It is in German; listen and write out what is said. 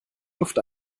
luft